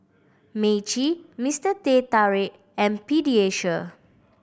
Meiji Mister Teh Tarik and Pediasure